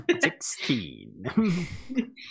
Sixteen